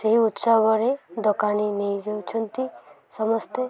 ସେହି ଉତ୍ସବରେ ଦୋକାନୀ ନେଇଯାଉଛନ୍ତି ସମସ୍ତେ